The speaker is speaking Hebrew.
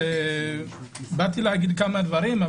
באתי להגיד כמה דברים,